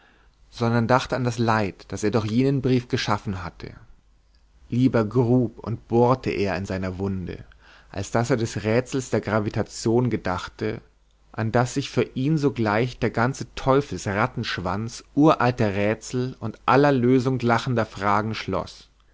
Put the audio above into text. sondern dachte an das leid das er durch jenen brief geschaffen hatte lieber grub und bohrte er in seiner wunde als daß er des rätsels der gravitation gedachte an das sich für ihn sogleich der ganze teufels rattenschwanz uralter rätsel und aller lösung lachender fragen schloß